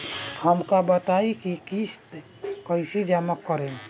हम का बताई की किस्त कईसे जमा करेम?